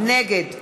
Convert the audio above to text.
נגד